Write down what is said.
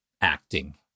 acting